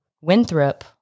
Winthrop